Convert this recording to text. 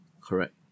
Correct